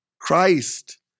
Christ